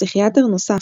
פסיכיאטר נוסף,